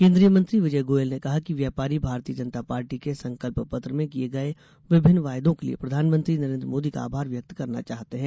केंद्रीय मंत्री विजय गोयल ने कहा कि व्यापारी भारतीय जनता पार्टी के संकल्प पत्र में किए गए विभिन्न वायदों के लिए प्रधानमंत्री नरेंद्र मोदी का आभार व्यक्त करना चाहते हैं